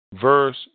verse